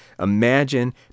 Imagine